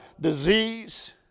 disease